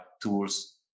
tools